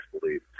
believe